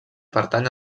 pertany